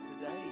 today